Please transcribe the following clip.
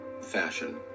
fashion